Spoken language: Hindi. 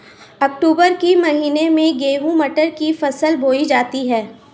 अक्टूबर के महीना में गेहूँ मटर की फसल बोई जाती है